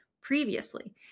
previously